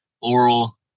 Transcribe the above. Oral